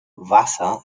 wasser